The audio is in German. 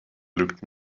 lügt